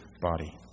body